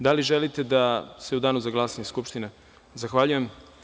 Da li želite da se u danu za glasanje Skupština izjasni? (Ne.) Zahvaljujem.